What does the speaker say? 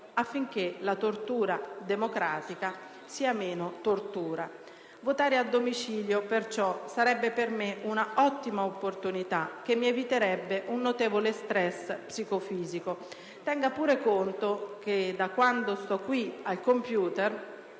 affinché la tortura "democratica" sia meno tortura. Votare a domicilio perciò sarebbe per me una ottima opportunità che mi eviterebbe un notevole stress psicofisico; tenga pure conto che, da quando sto qui al computer,